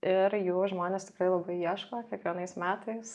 ir jų žmonės tikrai labai ieško kiekvienais metais